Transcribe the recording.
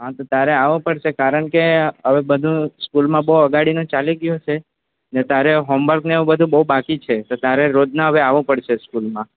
હાં તો તારે આવું પડશે કારણકે હવે બધુ સ્કૂલમાં બઉ બગાડીનું ચાલ્યું ગ્યું છે ને તારે હોમવર્કને એવું બધુ બઉ બાકી છે તો તારે રોજના હવે આવું પડશે સ્કૂલમાં